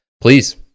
please